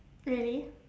really